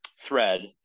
thread